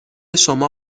شما